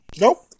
Nope